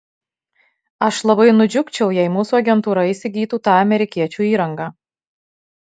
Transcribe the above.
aš labai nudžiugčiau jei mūsų agentūra įsigytų tą amerikiečių įrangą